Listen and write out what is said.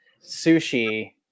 sushi